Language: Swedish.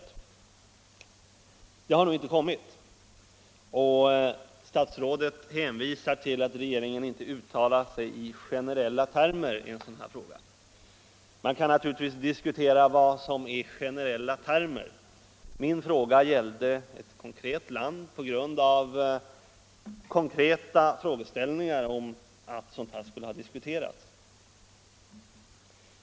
Någon dementi har nu inte kommit, och statsrådet hänvisar till att regeringen inte uttalar sig i generella termer i en sådan här fråga. Man kan naturligtvis diskutera vad som är ”generella termer”. Min fråga gällde ett konkret land på grund av konkreta uppgifter om att vapenaffärer skulle ha diskuterats.